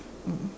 mm